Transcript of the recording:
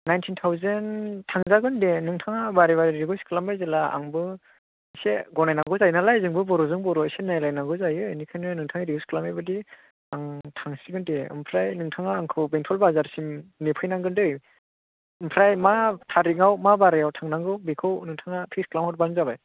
nineteen thousand थांजागोन दे नोंथाङा बारे बारे रिकुइस्ट खालामबाय जेला आंबो एसे गनायनांगौ जायोनालाय जोंबो बर'जों बर' एसे नायलायनांगौ जायो बेनिखायनो नोंथां रिकुइस्ट खालामनाय बादि आं थांसिगोन दे ओमफ्राय नोंथाङा आंखौ बेंथल बाजारसिम नेफैनांगोन दे ओमफ्राय मा थारिखआव मा बारायाव थानांगौ बेखौ नोंथाङा फिक्स खालाम हरब्लानो जाबाय